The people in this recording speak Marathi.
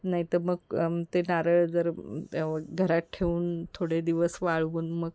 नाहीतर मग ते नारळ जर घरात ठेवून थोडे दिवस वाळवून मग